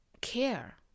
care